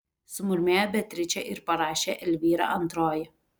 sumurmėjo beatričė ir parašė elvyra antroji